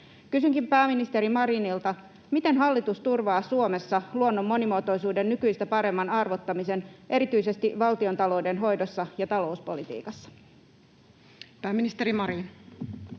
Kysynkin pääministeri Marinilta: miten hallitus turvaa Suomessa luonnon monimuotoisuuden nykyistä paremman arvottamisen erityisesti valtiontalouden hoidossa ja talouspolitiikassa? Pääministeri Marin.